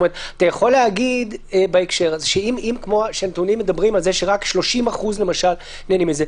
אתה יכול להגיד שהנתונים מדברים על זה שרק 30% למשל נהנים מזה,